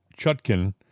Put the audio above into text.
Chutkin